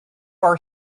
our